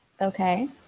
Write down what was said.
Okay